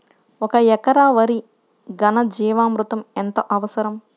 ఒక ఎకరా వరికి ఘన జీవామృతం ఎంత అవసరం?